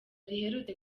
riherutse